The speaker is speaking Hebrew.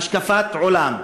השקפת עולם.